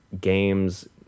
games